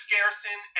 Garrison